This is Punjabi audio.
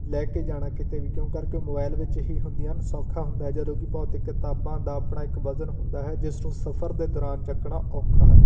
ਲੈ ਕੇ ਜਾਣਾ ਕਿਤੇ ਵੀ ਕਿਉਂ ਕਰਕੇ ਮੋਬਾਇਲ ਵਿੱਚ ਹੀ ਹੁੰਦੀਆਂ ਹਨ ਸੌਖਾ ਹੁੰਦਾ ਹੈ ਜਦੋਂ ਕਿ ਭੌਤਿਕ ਕਿਤਾਬਾਂ ਦਾ ਆਪਣਾ ਇੱਕ ਵਜ਼ਨ ਹੁੰਦਾ ਹੈ ਜਿਸ ਨੂੰ ਸਫ਼ਰ ਦੇ ਦੌਰਾਨ ਚੱਕਣਾ ਔਖਾ ਹੈ